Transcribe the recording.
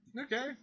okay